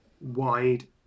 wide